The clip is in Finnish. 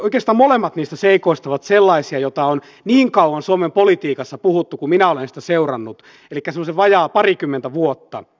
oikeastaan molemmat niistä seikoista ovat sellaisia joita on niin kauan suomen politiikassa puhuttu kuin minä olen sitä seurannut elikkä semmoiset vajaa parikymmentä vuotta